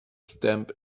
stamp